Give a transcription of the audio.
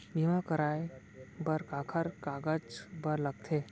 बीमा कराय बर काखर कागज बर लगथे?